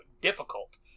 difficult